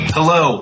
Hello